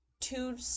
two